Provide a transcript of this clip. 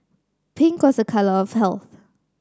pink was a colour of health